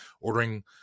ordering